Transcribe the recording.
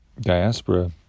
diaspora